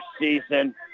season